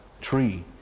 tree